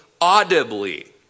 audibly